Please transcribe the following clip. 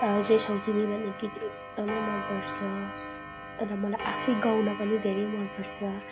जे छौ तिमी भन्ने गीत एकदम मन पर्छ अन्त मलाई आफैँ गाउन पनि धेरै मन पर्छ